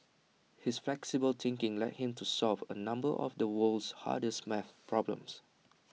his flexible thinking led him to solve A number of the world's hardest maths problems